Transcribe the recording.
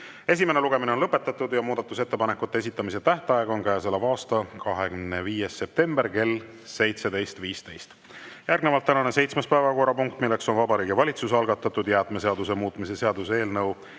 Esimene lugemine on lõpetatud ja muudatusettepanekute esitamise tähtaeg on käesoleva aasta 25. september kell 17.15. Järgnevalt tänane seitsmes päevakorrapunkt, milleks on Vabariigi Valitsuse algatatud jäätmeseaduse muutmise seaduse eelnõu